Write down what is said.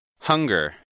Hunger